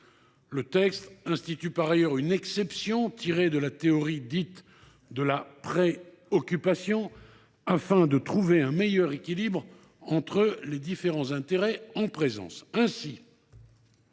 Le texte institue par ailleurs une exception tirée de la théorie dite de la « pré occupation », afin de trouver un meilleur équilibre entre les différents intérêts en présence.